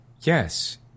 yes